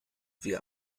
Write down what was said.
wir